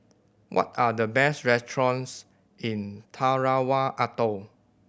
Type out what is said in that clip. what are the best restaurants in Tarawa Atoll